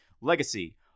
Legacy